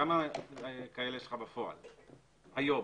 כמה כאלה יש בפועל, היום?